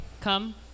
come